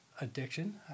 addiction